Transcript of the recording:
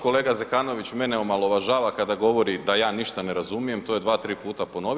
Kolega Zekanović mene omalovažava kada govori da ja ništa ne razumijem to je dva, tri puta ponovio.